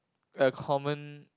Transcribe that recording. a common